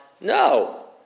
No